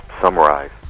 summarize